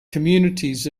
communities